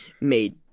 made